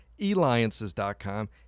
eliances.com